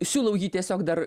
siūlau jį tiesiog dar